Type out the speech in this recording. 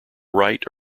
write